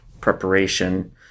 preparation